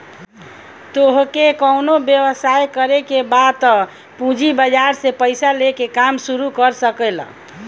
तोहके कवनो व्यवसाय करे के बा तअ पूंजी बाजार से पईसा लेके काम शुरू कर सकेलअ